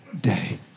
day